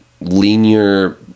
linear